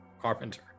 carpenter